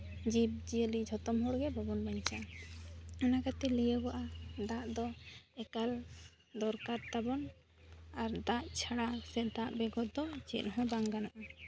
ᱡᱤᱵᱽᱼᱡᱤᱭᱟᱹᱞᱤ ᱡᱷᱚᱛᱚᱢ ᱦᱚᱲᱜᱮ ᱵᱟᱵᱚᱱ ᱵᱟᱧᱪᱟᱜᱼᱟ ᱚᱱᱟ ᱠᱷᱟᱹᱛᱤᱨ ᱞᱟᱹᱭᱟᱹᱜᱚᱜᱼᱟ ᱫᱟᱜ ᱫᱚ ᱮᱠᱟᱞ ᱫᱚᱨᱠᱟᱨ ᱛᱟᱵᱚᱱ ᱟᱨ ᱫᱟᱜ ᱪᱷᱟᱲᱟ ᱥᱮ ᱫᱟᱜ ᱪᱷᱟᱲᱟ ᱫᱚ ᱪᱮᱫ ᱦᱚᱸ ᱵᱟᱝ ᱜᱟᱱᱚᱜᱼᱟ